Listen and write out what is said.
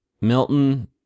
Milton